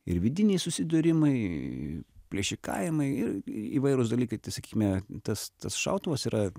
ir vidiniai susidūrimai plėšikavimai ir įvairūs dalykai tai sakykime tas tas šautuvas yra